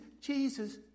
Jesus